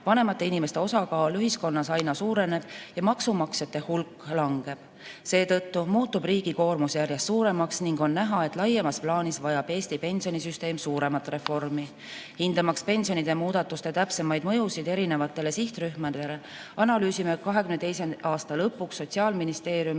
Vanemate inimeste osakaal ühiskonnas aina suureneb ja maksumaksjate hulk langeb. Seetõttu muutub riigi koormus järjest suuremaks ning on näha, et laiemas plaanis vajab Eesti pensionisüsteem suuremat reformi. Hindamaks pensionide muudatuste täpsemaid mõjusid erinevatele sihtrühmadele analüüsime 2022. aasta lõpuks Sotsiaalministeeriumi